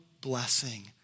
blessing